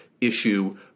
issue